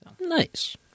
Nice